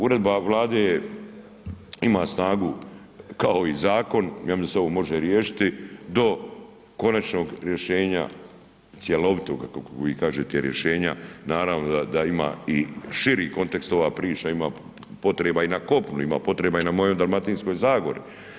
Uredba Vlade je ima snagu kao i zakon, ja mislim da se ovo može riješiti do konačnog rješenja cjelovitog kako vi kažete rješenja, naravno da ima i širi kontekst ova priča ima potreba i na kopnu, ima potreba i na mojoj Dalmatinskoj zagori.